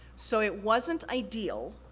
so, it wasn't ideal,